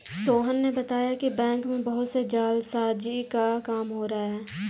सोहन ने बताया कि बैंक में बहुत से जालसाजी का काम हो रहा है